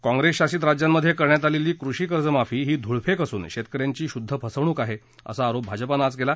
काँग्रेस शासित राज्यांमध्ये करण्यात आलेली कृषी कर्जमाफी ही धुळफेक असून शेतक यांची शुद्ध फसवणूक आहे असा आरोप भाजपानं आज केला